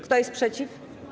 Kto jest przeciw?